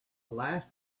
last